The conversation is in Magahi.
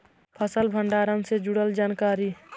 फसल भंडारन से जुड़ल जानकारी?